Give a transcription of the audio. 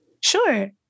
Sure